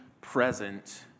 present